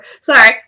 Sorry